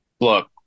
Look